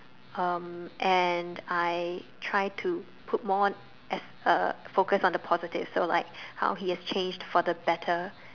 um and I try to put more as a focus on the positive so like how he has changed for the better